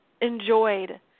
enjoyed